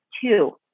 two